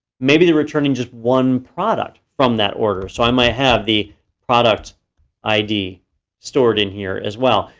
maybe they're returning just one product from that order. so, i might have the product id stored in here as well.